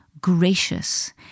gracious